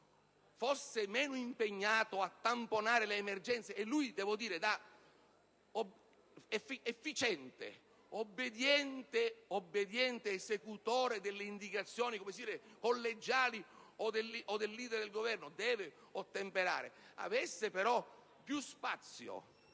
fosse meno impegnato a tamponare le emergenze (e lui da efficiente ed obbediente esecutore delle indicazioni collegiali o del leader del Governo deve ottemperare) e avesse più spazio